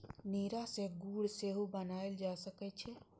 नीरा सं गुड़ सेहो बनाएल जा सकै छै